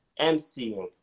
MCing